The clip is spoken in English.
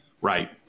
Right